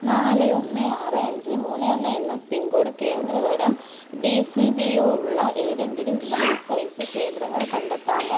നാല് ഒന്ന് ആറ് അഞ്ച് മൂന്ന് ഒന്ന് എന്ന പിൻകോഡും കേന്ദ്ര തരം ഡി സി ബി ഒ ഉള്ള ഏതെങ്കിലും ഇ എസ് ഐ സി കേന്ദ്രങ്ങൾ കണ്ടെത്താമോ